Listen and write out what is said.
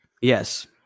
Yes